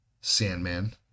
Sandman